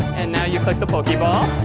and now you click the pokeball.